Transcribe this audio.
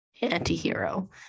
anti-hero